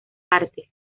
artes